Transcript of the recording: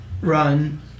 run